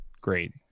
great